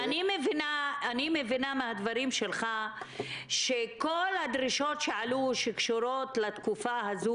אני מבינה מהדברים שלך שאת כל הדרישות שעלו שקשורות לתקופה הזו